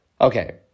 Okay